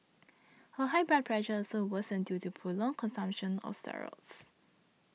her high blood pressure also worsened due to prolonged consumption of steroids